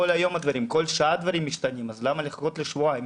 כל שעה דברים משתנים, אז למה לחכות לשבועיים?